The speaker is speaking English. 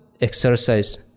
Exercise